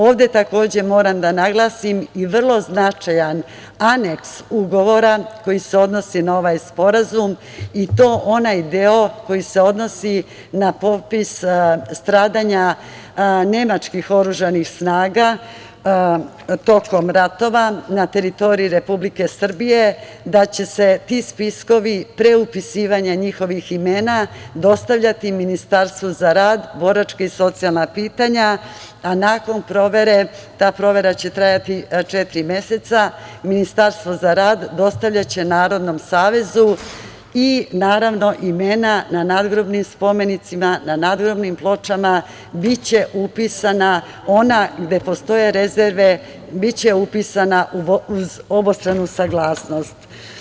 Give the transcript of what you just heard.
Ovde takođe moram da naglasim vrlo značajan aneks ugovora koji se odnosi na ovaj sporazum i to onaj deo koji se odnosi na popis stradanja nemačkih oružanih snaga tokom ratova na teritoriji Republike Srbije, da će se ti spiskovi pre upisivanja njihovih imena, dostavljati Ministarstvu za rad, boračka i socijalna pitanja, a nakon provere, ta provera će trajati četiri meseca, Ministarstvo za rad dostavljaće Narodnom savezu i naravno imena na nadgrobnim spomenicima, na nadgrobnim pločama biće upisana ona, gde postoje rezerve, biće upisana uz obostranu saglasnost.